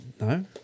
No